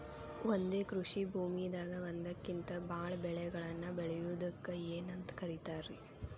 ಒಂದೇ ಕೃಷಿ ಭೂಮಿದಾಗ ಒಂದಕ್ಕಿಂತ ಭಾಳ ಬೆಳೆಗಳನ್ನ ಬೆಳೆಯುವುದಕ್ಕ ಏನಂತ ಕರಿತಾರೇ?